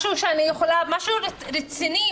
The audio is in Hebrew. משהו רציני,